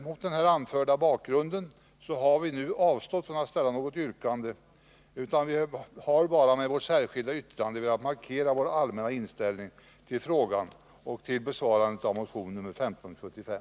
Mot den anförda bakgrunden har vi avstått från att nu ställa något yrkande utan har med vårt särskilda yttrande bara velat markera vår allmänna inställning till frågan och till besvarandet av motion nr 1575.